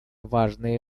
важной